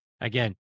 Again